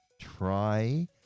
Try